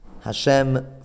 Hashem